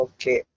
Okay